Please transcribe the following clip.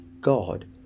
God